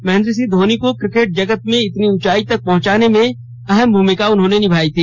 महेंद्र सिंह धोनी को क्रिकेट जगत में इतनी ऊंचाई तक पहुंचाने में अहम भूमिका निभाई है